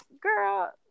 girl